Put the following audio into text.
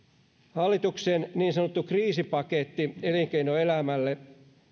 hallituksen niin sanottu kriisipaketti elinkeinoelämälle